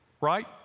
right